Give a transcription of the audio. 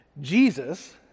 Jesus